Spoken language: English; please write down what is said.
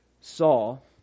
Saul